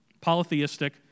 polytheistic